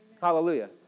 hallelujah